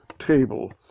Table